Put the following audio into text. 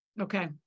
Okay